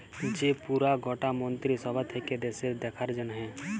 যে পুরা গটা মন্ত্রী সভা থাক্যে দ্যাশের দেখার জনহ